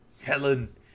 Helen